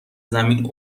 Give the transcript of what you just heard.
زمین